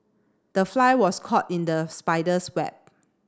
the fly was caught in the spider's web